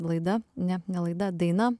laida ne ne laida daina